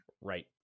Right